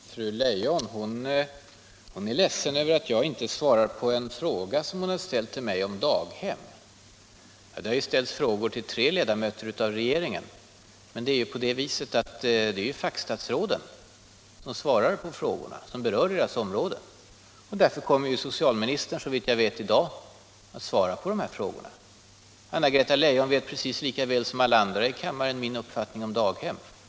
Herr talman! Fru Leijon är ledsen över att jag inte svarar på en fråga som hon hade ställt till mig om daghem. Det har ju ställts frågor till tre ledamöter av regeringen. Men det är fackstatsråden som svarar på de frågor som berör deras områden. Därför kommer socialministern, såvitt jag vet, i dag att svara på de frågorna. Anna-Greta Leijon vet precis lika väl som alla andra i kammaren vilken min uppfattning är om daghem.